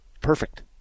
Perfect